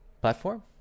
platform